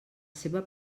seva